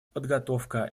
подготовка